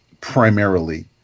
primarily